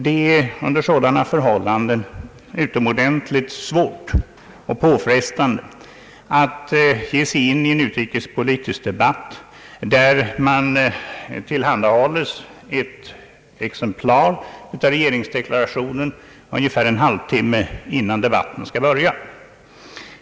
Det är under sådana förhållanden utomordentligt svårt och påfrestande att ge sig in i en utrikespolitisk debatt, när man tillhanda hålles ett exemplar av regeringens deklaration ungefär en halv timme innan debatten skall börja.